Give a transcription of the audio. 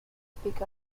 speak